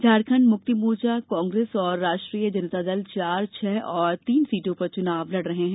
झारखंड मुक्ति मोर्चा कांग्रेस और राष्ट्रीय जनता दल चार छह और तीन सीटों पर चुनाव लड़ रहे हैं